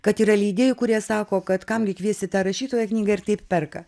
kad yra leidėjai kurie sako kad kamgi kviesti tą rašytoją knygą ir taip perka